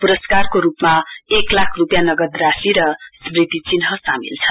पुरस्कारको रुपमा एक लाख रुपियाँ नगद राशि र स्मृति चिन्ह सामेल छ